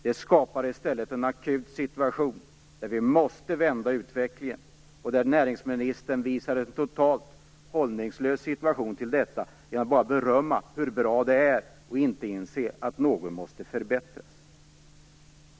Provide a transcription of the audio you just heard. Detta skapar i stället en akut situation, där vi måste vända utvecklingen och där näringsministern visar en totalt hållningslös attityd. Han berömmer bara, och talar om hur bra allting är, och inser inte att något måste förbättras.